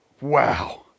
Wow